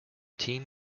team